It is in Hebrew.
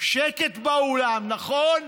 שקט באולם, נכון?